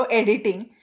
editing